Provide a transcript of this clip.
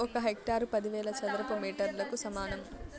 ఒక హెక్టారు పదివేల చదరపు మీటర్లకు సమానం